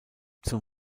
zum